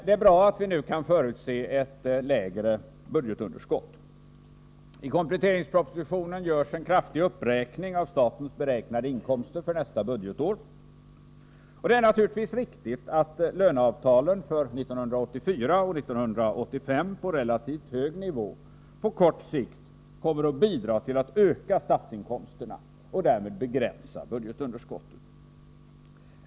Det är bra att vi nu kan förutse ett lägre budgetunderskott. I kompletteringspropositionen görs en kraftig uppräkning av statens beräknade inkomster för nästa budgetår. Det är naturligtvis riktigt att löneavtalen för 1984 och 1985 på relativt hög nivå på kort sikt kommer att bidra till att öka statsinkomsterna och därmed begränsa budgetunderskottet.